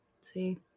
See